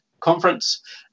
conference